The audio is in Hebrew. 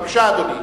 בבקשה, אדוני.